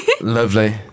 Lovely